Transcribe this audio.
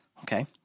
Okay